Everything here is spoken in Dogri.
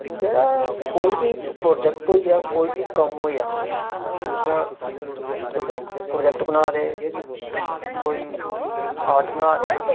जेहड़ा कोई बी प्रोजेक्ट होई गेआ कोई बी कम्म होई गेआ जि'यां तुस इक प्रोजेक्ट बना दे कोई आर्ट बनादे